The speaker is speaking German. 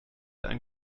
ein